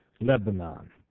Lebanon